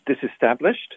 disestablished